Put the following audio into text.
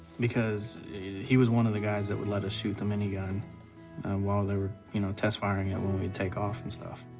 because he was one of the guys that would let us shoot the mini gun while they were, you know, test firing it when we'd take off and stuff.